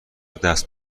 دست